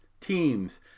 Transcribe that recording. teams